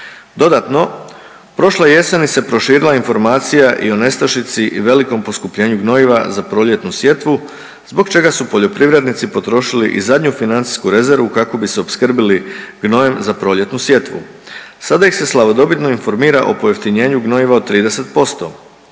Dodatno, prošle jeseni se proširila informacija o nestašici i velikom poskupljenju gnojiva za proljetnu sjetvu zbog čega su poljoprivrednici potrošili i zadnju financijsku rezervu kako bi se opskrbili gnojem za proljetnu sjetvu. Sada ih se slavodobitno informira o pojeftinjenju gnojiva od 30%,